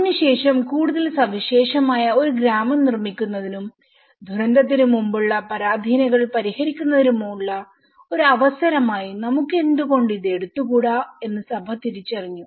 അതിനുശേഷം കൂടുതൽ സവിശേഷമായ ഒരു ഗ്രാമം നിർമ്മിക്കുന്നതിനും ദുരന്തത്തിന് മുമ്പുള്ള പരാധീനതകൾ പരിഹരിക്കുന്നതിനുമുള്ള ഒരു അവസരമായി നമുക്ക് എന്തുകൊണ്ട് ഇത് എടുത്തുകൂടാ എന്ന് സഭ തിരിച്ചറിഞ്ഞു